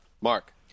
Mark